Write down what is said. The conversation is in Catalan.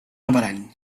averany